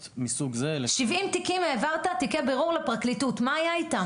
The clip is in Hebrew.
70 תיקי בירור העברת לפרקליטות, מה היה איתם?